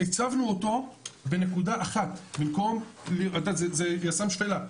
והצבנו אותו בנקודה אחת, את יודעת, זה יס"מ שפלה.